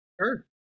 Sure